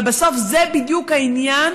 אבל בסוף זה בדיוק העניין